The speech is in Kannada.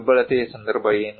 ದುರ್ಬಲತೆಯ ಸಂದರ್ಭ ಏನು